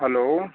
hello